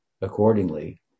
accordingly